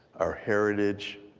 our heritage.